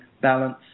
balance